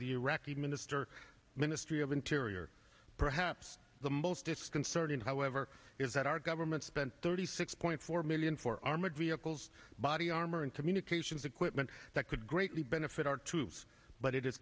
the iraqi minister ministry of interior perhaps the most disconcerting however is that our government spent thirty six point four million for armored vehicles body armor and communications equipment that could greatly benefit our troops but it is